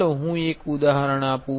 ચાલો હું એક ઉદાહરણ આપું